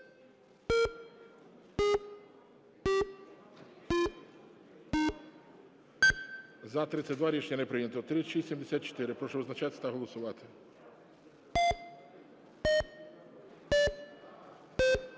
За-32 Рішення не прийнято. 3674, прошу визначатись та голосувати.